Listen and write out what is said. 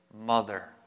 mother